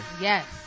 Yes